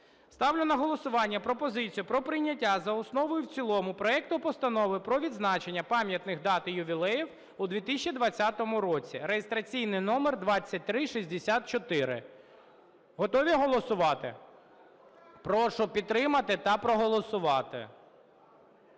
Ставлю на голосування пропозицію про прийняття за основу і в цілому проекту Постанови про відзначення пам'ятних дат і ювілеїв у 2020 році (реєстраційний номер 2364). Готові голосувати? Прошу підтримати та проголосувати.